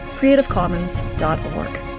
creativecommons.org